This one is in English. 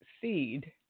seed